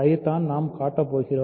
அதைத்தான் நாம் காட்டப் போகிறோம்